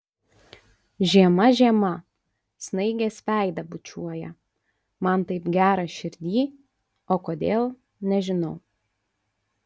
žiema žiema snaigės veidą bučiuoja man taip gera širdyj o kodėl nežinau